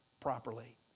properly